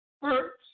first